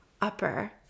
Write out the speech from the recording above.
upper